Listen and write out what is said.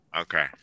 Okay